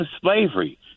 slavery